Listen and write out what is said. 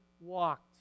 walked